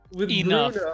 enough